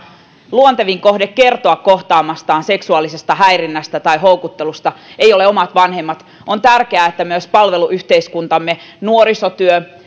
luontevin kohde kertoa kohtaamastaan seksuaalisesta häirinnästä tai houkuttelusta ei ole omat vanhemmat on tärkeää että myös palveluyhteiskuntamme nuorisotyö